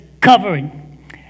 covering